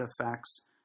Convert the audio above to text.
affects